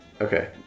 okay